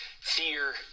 fear